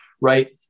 right